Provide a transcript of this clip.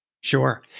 Sure